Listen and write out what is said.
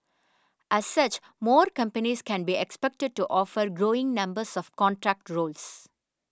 as such more companies can be expected to offer growing numbers of contract roles